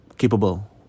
capable